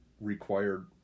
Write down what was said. required